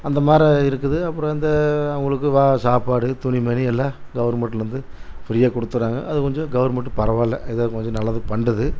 அந்த மாதிரி இருக்குது அப்பறம் இந்த அவங்களுக்கு வ சாப்பாடு துணி மணி எல்லாம் கவர்மெண்ட்லேர்ந்து ஃப்ரீயாக கொடுத்துட்றாங்க அது கொஞ்சம் கவர்மெண்ட்டு பரவாயில்ல ஏதோ கொஞ்சம் நல்லது பண்ணுது